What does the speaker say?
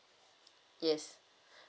yes